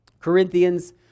Corinthians